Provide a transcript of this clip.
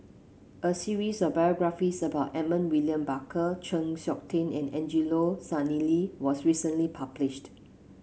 a series of biographies about Edmund William Barker Chng Seok Tin and Angelo Sanelli was recently published